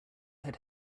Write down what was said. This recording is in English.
had